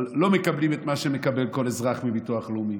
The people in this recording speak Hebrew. אבל לא מקבלים את מה שמקבל כל אזרח מביטוח לאומי,